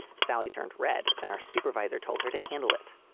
sally turned red and our supervisor told her to handle it.